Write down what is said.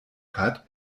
hat